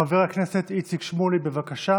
חבר הכנסת איציק שמולי, בבקשה,